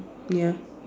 ya